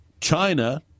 China